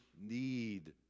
need